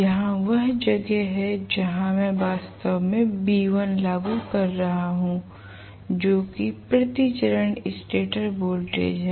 यहां वह जगह है जहां मैं वास्तव में V1 लागू कर रहा हूं जो कि प्रति चरण स्टेटर वोल्टेज है